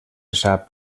sap